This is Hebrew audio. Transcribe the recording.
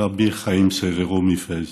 רבי חיים סררו מפז,